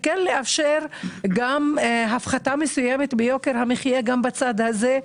וכן לאפשר גם הפחתה מסוימת ביוקר המחיה גם בצד הזה,